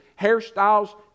Hairstyles